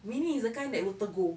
minnie is the kind that will tegur